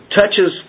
touches